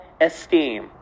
esteem